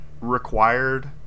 Required